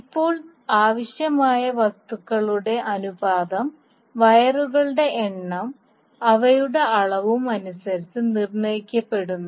ഇപ്പോൾ ആവശ്യമായ വസ്തുക്കളുടെ അനുപാതം വയറുകളുടെ എണ്ണവും അവയുടെ അളവും അനുസരിച്ച് നിർണ്ണയിക്കപ്പെടുന്നു